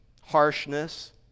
harshness